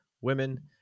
women